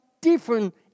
different